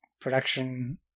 production